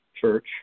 church